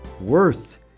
Worth